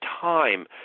time